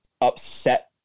upset